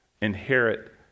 inherit